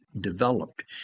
developed